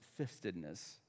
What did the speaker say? fistedness